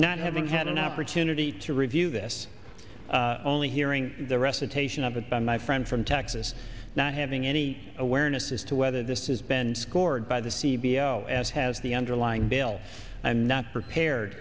not having had an opportunity to review this only hearing the recitation of it by my friend from texas not having any awareness as to whether this has been scored by the c b l as has the underlying bill i'm not prepared